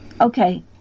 okay